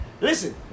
Listen